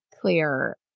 clear